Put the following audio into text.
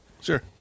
Sure